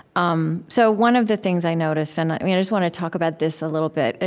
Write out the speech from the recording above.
um so one of the things i noticed and i just want to talk about this a little bit. ah